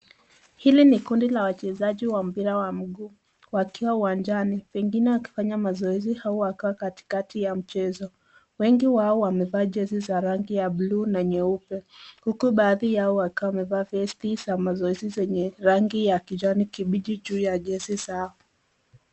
Hili ni kundi la wachezaji wa mpira wa mguu wakiwa uwanjani pengine wakifanya mazoezi au wakiwa katikati ya mchezo. Wengi wao wamevaa jezi za rangi ya buluu na nyeupe uku baadhi yao wakiwa wamevaa vesti za mazoezi zenye rangi ya kijani kibichi juu ya jezi zao.